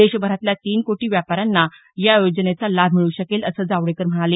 देशभरातल्या तीन कोटी व्यापाऱ्यांना या योजनेचा लाभ मिळू शकेल असं जावडेकर म्हणाले